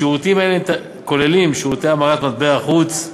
שירותים אלה כוללים שירותי המרת מטבע חוץ,